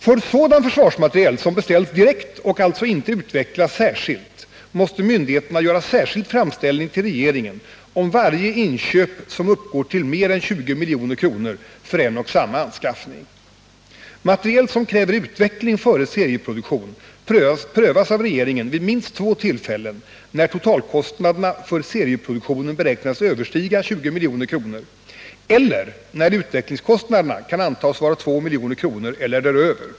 För sådan försvarsmateriel som beställs direkt och alltså inte utvecklas särskilt måste myndigheterna göra särskild framställning till regeringen om varje inköp som uppgår till mer än 20 milj.kr. för en och samma anskaffning. Materiel som kräver utveckling före serieproduktion prövas av regeringen vid minst två tillfällen när totalkostnaderna för serieproduktionen beräknas överstiga 20 milj.kr. eller när utvecklingskostnaderna kan antas vara 2 milj.kr. eller däröver.